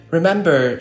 Remember